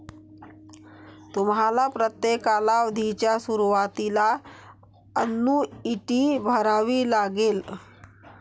तुम्हाला प्रत्येक कालावधीच्या सुरुवातीला अन्नुईटी भरावी लागेल